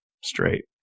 straight